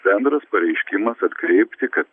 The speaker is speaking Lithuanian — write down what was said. bendras pareiškimas atkreipti kad